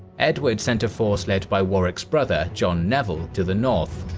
edward sent a force led by warwick's brother john neville to the north,